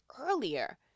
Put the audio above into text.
earlier